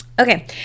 okay